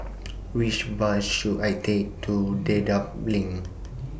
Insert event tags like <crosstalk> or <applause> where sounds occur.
Which Bus should I Take to Dedap LINK <noise>